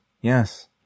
Yes